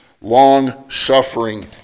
long-suffering